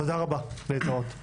תודה רבה ולהתראות.